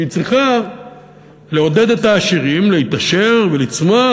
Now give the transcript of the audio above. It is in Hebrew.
שהיא צריכה לעודד את העשירים להתעשר ולצמוח,